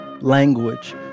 language